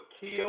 kill